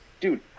Dude